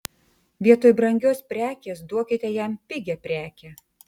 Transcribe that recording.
vietoj brangios prekės duokite jam pigią prekę